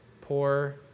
poor